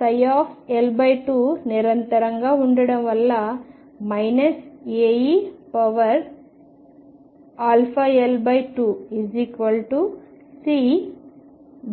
మరియు L2 నిరంతరంగా ఉండటం వలన A e αL2C